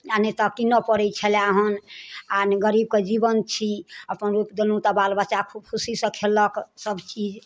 आ नहि तऽ कीनऽ पड़ै छेलै हन आ नहि गरीबके जीवन छी अपन रोइप देलौँ तऽ बाल बच्चा खूब खुशी से खेलक सभ चीज